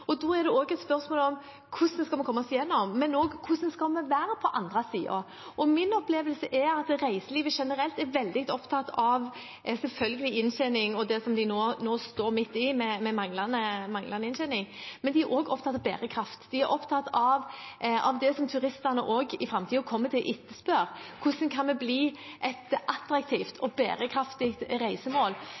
Da er det et spørsmål om hvordan vi skal komme oss gjennom det, men også: Hvordan skal vi være på den andre siden? Min opplevelse er at reiselivet generelt selvfølgelig er veldig opptatt av inntjening og det som de nå står midt oppe i med manglende inntjening, men også at de er opptatt av bærekraft. De er opptatt av det som turistene også i framtiden kommer til å etterspørre: Hvordan kan vi bli et attraktivt og bærekraftig reisemål?